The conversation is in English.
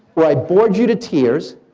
or i bored you to tears.